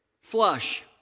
flush